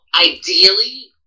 ideally